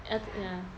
ya